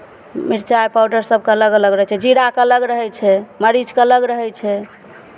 मिरचाइ पाउडर सभके अलग अलग रहै छै जीराके अलग रहै छै मरीचके अलग रहै छै